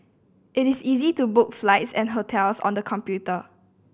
it is easy to book flights and hotels on the computer